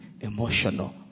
emotional